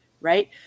Right